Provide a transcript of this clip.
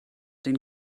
den